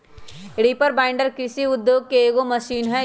reaper binder कृषि उद्योग के एगो मशीन हई